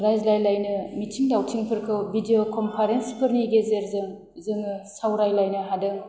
रायज्लायलायनो मिथिं दावथिंफोरखौ भिडिअ खनफारेन्सफोरनि गेजेरजों जोङो सावरायलायनो हादों